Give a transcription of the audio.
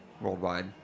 worldwide